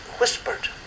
whispered